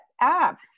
app